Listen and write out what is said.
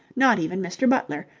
not even mr. butler,